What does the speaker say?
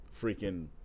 freaking